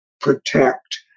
protect